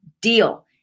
deal